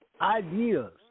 Ideas